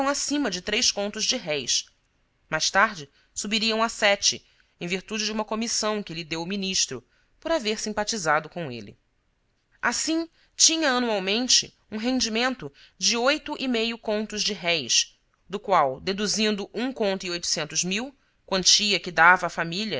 acima de três contos de réis mais tarde subiram a sete em virtude de uma comissão que lhe deu o ministro por haver simpatizado com ele assim tinha anualmente um rendimento de oito e meio contos de réis do qual deduzindo um conto e quantia que dava à família